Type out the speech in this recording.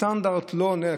הסטנדרט לא עונה.